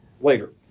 later